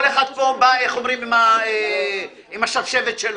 כל אחד בא עם השבשבת שלו.